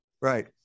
Right